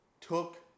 took